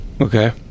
Okay